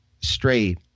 straight